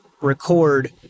record